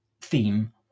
theme